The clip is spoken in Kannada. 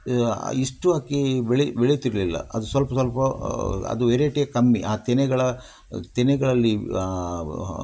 ಇಷ್ಟು ಅಕ್ಕಿ ಬೆಳೆ ಬೆಳೀತಿರ್ಲಿಲ್ಲ ಅದು ಸ್ವಲ್ಪ ಸ್ವಲ್ಪ ಅದು ವೆರೈಟಿಯೇ ಕಮ್ಮಿ ಆ ತೆನೆಗಳ ತೆನೆಗಳಲ್ಲಿ